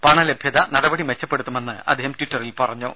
പണലഭ്യത നടപടി മെച്ചപ്പെടുത്തുമെന്ന് അദ്ദേഹം ട്വിറ്ററിൽ പറഞ്ഞു